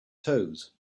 toes